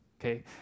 Okay